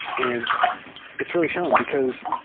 and it's really shown, because